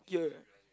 yeah